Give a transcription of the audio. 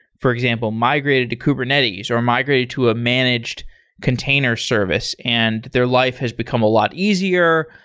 for example, migrated to kubernetes, or migrated to a managed container service, and their life has become a lot easier.